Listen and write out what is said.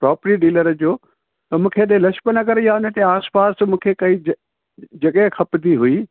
property dealer जो त मूंखे हेॾे लाजपत नगर या उन जे आस पास मूंखे काई जॻहि खपंदी हुई